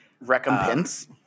Recompense